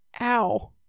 Ow